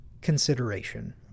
consideration